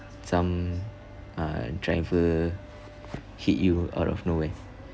some uh driver hit you out of nowhere